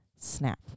Snap